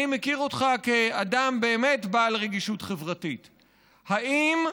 אני מכיר אותך כאדם בעל רגישות חברתית באמת.